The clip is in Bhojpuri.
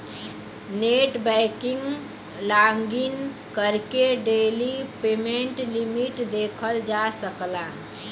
नेटबैंकिंग लॉगिन करके डेली पेमेंट लिमिट देखल जा सकला